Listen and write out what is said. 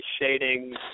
shading